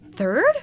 Third